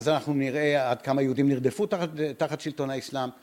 אז אנחנו נראה עד כמה יהודים נרדפו תחת שלטון האסלאם